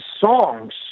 songs